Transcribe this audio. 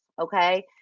Okay